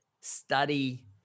study